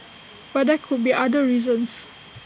but there could be other reasons